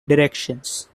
directions